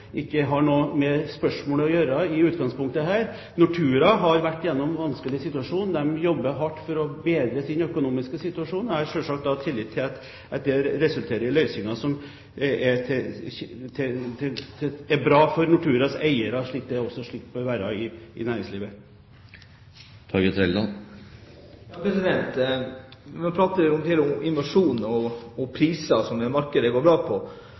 har noe med dette spørsmålet å gjøre. Nortura har vært gjennom en vanskelig situasjon. De jobber hardt for å bedre sin økonomiske situasjon. Jeg har selvsagt tillit til at det resulterer i løsninger som er bra for Norturas eiere, slik det også bør være i næringslivet. Når vi nå prater om innovasjon og priser på markeder det går bra på: